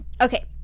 okay